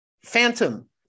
phantom